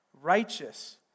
Righteous